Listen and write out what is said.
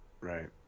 Right